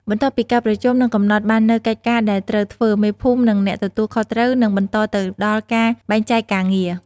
បន្ទាប់ពីការប្រជុំ និងកំណត់បាននូវកិច្ចការដែលត្រូវធ្វើ មេភូមិ ឬអ្នកទទួលខុសត្រូវ នឹងបន្តទៅដល់ការបែងចែកការងារ។